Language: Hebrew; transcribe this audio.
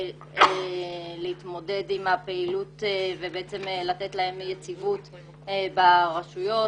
כדי להתמודד עם הפעילות ובעצם לתת להם יציבות ברשויות.